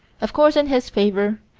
of course, in his favor,